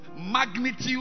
magnitude